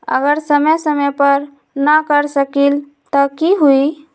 अगर समय समय पर न कर सकील त कि हुई?